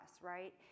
right